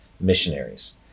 missionaries